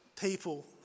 people